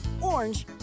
orange